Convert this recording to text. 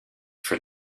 for